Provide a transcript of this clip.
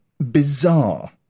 bizarre